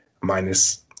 minus